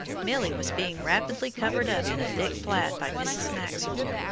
milly was being rapidly covered up in a thick plaid by mrs. maxwell.